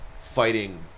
fighting